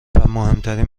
مهمترین